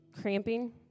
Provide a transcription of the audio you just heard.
cramping